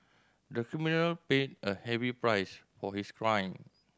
the criminal paid a heavy price for his crime